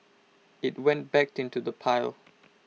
IT went back into the pile